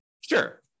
Sure